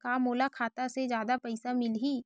का मोला खाता से जादा पईसा मिलही?